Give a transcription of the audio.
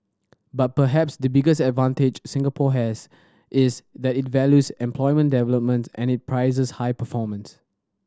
but perhaps the biggest advantage Singapore has is that it values employment development and it prizes high performance